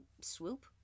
swoop